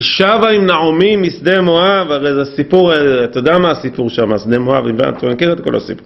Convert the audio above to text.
שבה עם נעמי משדה מואב, אתה יודע מה הסיפור שם, משדה מואב, אתה מכיר את כל הסיפור